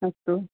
अस्तु